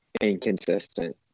inconsistent